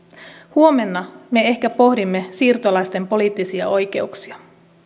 huomenna me ehkä pohdimme siirtolaisten poliittisia oikeuksia